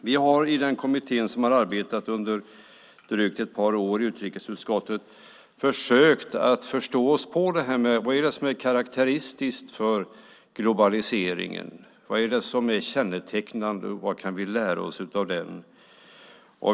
Vi har i den kommitté som har arbetat under drygt ett par år i utskottet försökt att förstå vad som är karakteristiskt för globaliseringen, vad som är kännetecknande och vad vi kan lära oss av den.